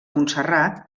montserrat